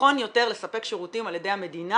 נכון יותר לספק שירותים על ידי המדינה